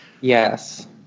yes